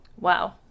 Wow